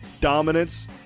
dominance